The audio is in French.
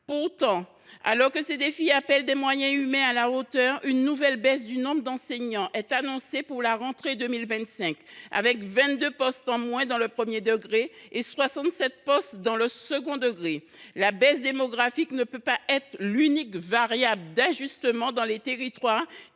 Pourtant, alors que ces défis appellent des moyens humains qui soient à la hauteur de l’enjeu, une nouvelle baisse du nombre d’enseignants est annoncée pour la rentrée 2025 : 22 postes en moins dans le premier degré et 67 postes en moins dans le second degré. La baisse démographique ne saurait être l’unique variable d’ajustement dans des territoires